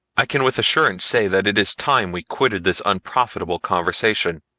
i can with assurance say that it is time we quitted this unprofitable conversation,